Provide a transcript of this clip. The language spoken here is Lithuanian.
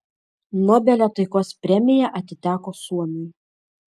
nobelio taikos premija atiteko suomiui